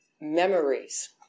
memories